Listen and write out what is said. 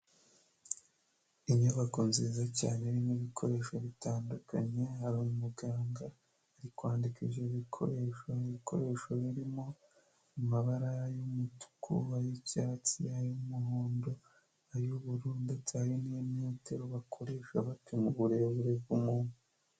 Inyubako nziza cyane irimo ibikoresho bitandukanye hari umuganga ari kwandika ibyo bikoresho ,ibikoresho birimo amabara y’umutuku ,ay'icyatsi ,ay'umuhondo ,ay’ubururu ndetse hari n'imetero bakoresha bapima uburebure bw'umuntu.